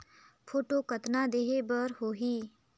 Photo कतना देहें बर होहि?